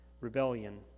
rebellion